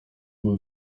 były